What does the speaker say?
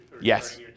Yes